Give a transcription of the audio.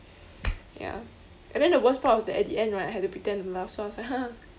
ya and then the worst part was that at the end right I had to pretend to laugh so I was like